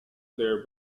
their